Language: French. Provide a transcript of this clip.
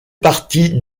partie